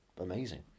amazing